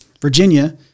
Virginia